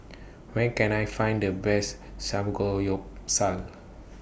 Where Can I Find The Best Samgeyopsal